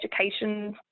education